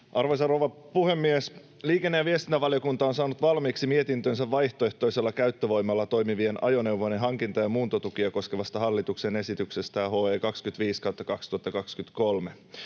Arvoisa rouva puhemies! Liikenne- ja viestintävaliokunta on saanut valmiiksi mietintönsä vaihtoehtoisella käyttövoimalla toimivien ajoneuvojen hankinta- ja muuntotukea koskevasta hallituksen esityksestä HE 25/2023.